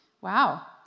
Wow